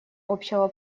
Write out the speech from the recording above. общего